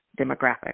demographic